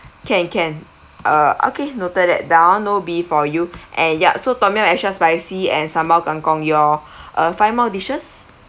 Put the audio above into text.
can can uh okay noted that down know before you and ya so tom yum extra spicy and sambal kangkong your uh find more dishes